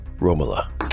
romola